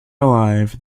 alive